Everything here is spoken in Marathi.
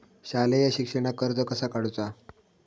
शालेय शिक्षणाक कर्ज कसा काढूचा?